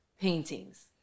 paintings